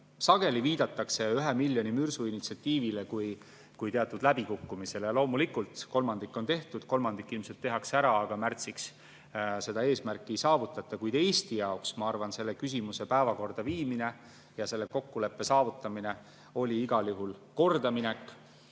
Sageli viidatakse ühe miljoni mürsu initsiatiivile kui teatud läbikukkumisele. Loomulikult, kolmandik on tehtud, kolmandik ilmselt tehakse ära, aga märtsiks seda eesmärki ei saavutata. Kuid Eesti jaoks oli selle küsimuse päevakorda viimine ja selle kokkuleppe saavutamine minu arvates igal juhul kordaminek.